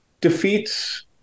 defeats